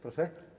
Proszę?